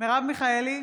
מרב מיכאלי,